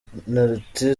penaliti